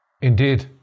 Indeed